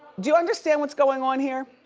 do you understand what's going on here?